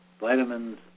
vitamins